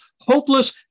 hopeless